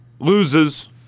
loses